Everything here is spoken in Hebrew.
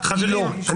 לא.